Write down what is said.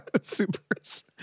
Supers